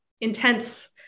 intense